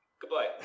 goodbye